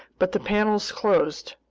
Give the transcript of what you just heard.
but the panels closed.